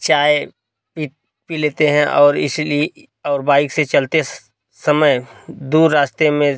चाय पी पी लेते हैं और इसलिए और बाइक से चलते समय दूर रास्ते में